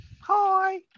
Hi